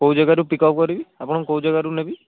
କେଉଁ ଜାଗାରୁ ପିକ୍ଅପ୍ କରିବି ଆପଣଙ୍କୁ କେଉଁ ଜାଗାରୁ ନେବି